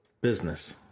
business